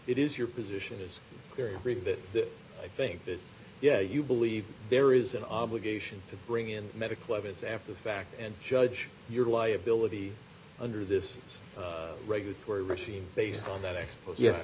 it is your position is very that i think that yeah you believe there is an obligation to bring in medical evidence after the fact and judge your liability under this regulatory regime based on that exp